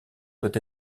doit